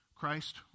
Christ